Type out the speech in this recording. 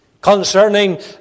concerning